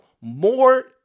more